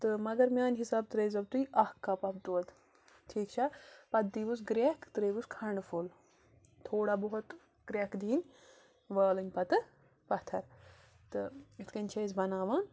تہٕ مگر میانہِ حسابہٕ ترٲوزیٚو تُہۍ اَکھ کَپ اَتھ دۄد ٹھیٖک چھا پَتہٕ دِیہِ ہُس گرٮ۪کھ ترٲیِوُس کھنٛڈٕ فوٚل تھوڑا بہت گرٮ۪کھ دِنۍ والٕنۍ پَتہٕ پَتھر تہٕ یِتھ کٔنۍ چھِ أسۍ بناوان